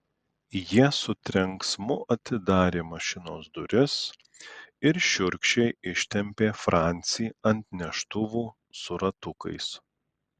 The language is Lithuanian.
jie su trenksmu atidarė mašinos duris ir šiurkščiai ištempė francį ant neštuvų su ratukais